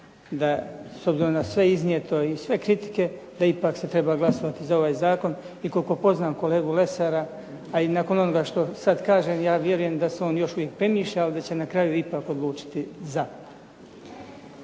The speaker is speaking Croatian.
da s obzirom na sve iznijeto i sve kritike, da ipak se treba glasovati za ovaj zakon i koliko poznajem kolegu Lesara, a i nakon onoga što sad kažem, ja vjerujem da se on još uvijek premišlja, ali da će na kraju ipak odlučiti za.